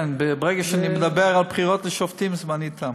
כן, ברגע שאני מדבר על בחירות לשופטים, זמני תם.